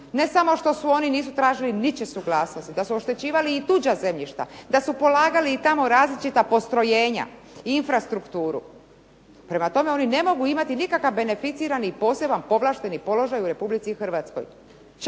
Ne samo što oni nisu tražili ničiju suglasnost, da su oštećivali i tuđa zemljišta, da su polagali i tamo različita postrojenja i infrastrukturu. Prema tome, oni ne mogu imati nikakav beneficirani i poseban povlašteni položaj u Republici Hrvatskoj.